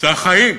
זה החיים,